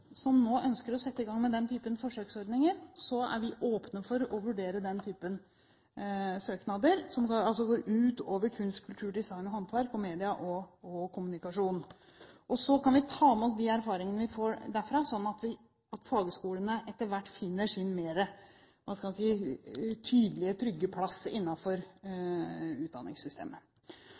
som nå ønsker å sette i gang med den typen forsøksordninger, er vi åpne for å vurdere søknadene, som altså går utover kunst, kultur, design og håndverk og media og kommunikasjon. Så kan vi ta med oss de erfaringene vi får derfra, sånn at fagskolene etter hvert finner sin mer – hva skal en si – tydelige, trygge plass innenfor utdanningssystemet.